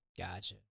Gotcha